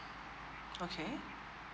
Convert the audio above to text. okay